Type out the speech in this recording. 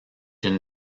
une